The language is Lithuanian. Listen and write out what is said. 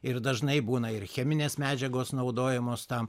ir dažnai būna ir cheminės medžiagos naudojamos tam